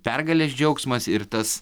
pergalės džiaugsmas ir tas